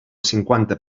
cinquanta